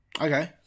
Okay